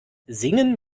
singen